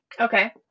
Okay